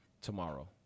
tomorrow